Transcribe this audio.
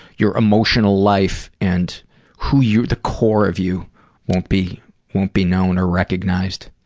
your emotional life and who you, the core of you won't be won't be known or recognized.